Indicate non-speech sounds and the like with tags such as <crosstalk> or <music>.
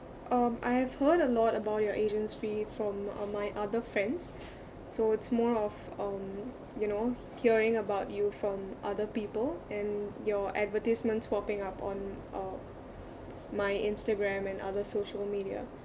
um I have heard a lot about your agency from uh my other friends <breath> so it's more of um you know hearing about you from other people and your advertisements popping up on uh my instagram and other social media